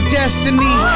destiny